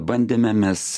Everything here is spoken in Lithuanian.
bandėme mes